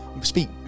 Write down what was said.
speak